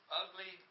ugly